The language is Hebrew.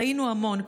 ראינו המון,